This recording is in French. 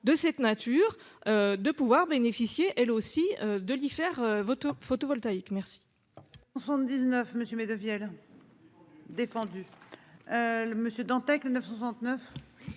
de cette nature, de pouvoir bénéficier elle aussi de l'IFER. Photovoltaïque merci.